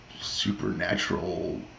supernatural